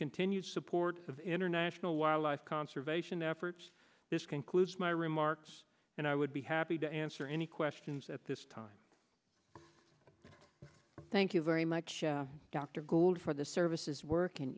continued support of international wildlife conservation efforts this concludes my remarks and i would be happy to answer any questions at this time thank you very much dr gold for the services work